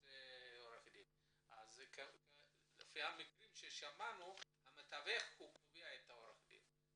לפי המקרים ששמענו המתווך מביא את עורך הדין.